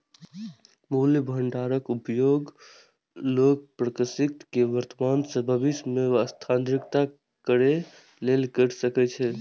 मूल्य भंडारक उपयोग लोग क्रयशक्ति कें वर्तमान सं भविष्य मे स्थानांतरित करै लेल करै छै